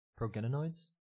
Progenoids